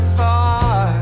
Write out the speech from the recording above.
far